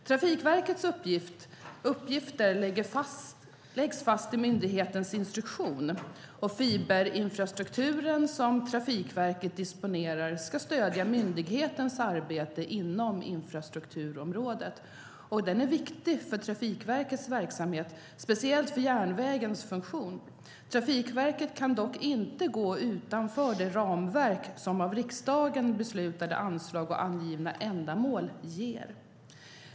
Trafikverkets uppgifter läggs fast i myndighetens instruktion. Fiberinfrastrukturen som Trafikverket disponerar ska stödja myndighetens arbete inom infrastrukturområdet, och den är viktig för Trafikverkets verksamhet, speciellt för järnvägens funktion. Trafikverket kan dock inte gå utanför det ramverk som av riksdagen beslutade anslag och angivna ändamål ger.